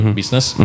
business